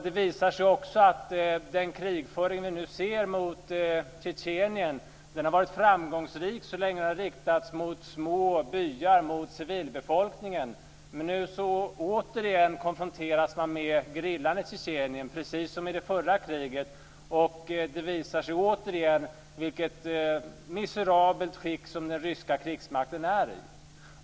Det visar sig också att den krigföring vi nu ser mot Tjetjenien har varit framgångsrik så länge den har riktats mot små byar och mot civilbefolkningen. Återigen konfronteras man nu med gerillan i Tjetjenien, precis som i det förra kriget, och det visar sig återigen i vilket miserabelt skick den ryska krigsmakten är.